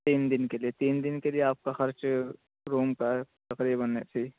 تین دن کے لیے تین دن کے لیے آپ کا خرچ روم کا تقریباً ایسے ہی